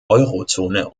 eurozone